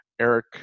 Eric